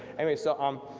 anyway so um,